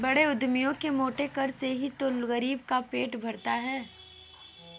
बड़े उद्यमियों के मोटे कर से ही तो गरीब का पेट पलता है